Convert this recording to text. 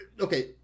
okay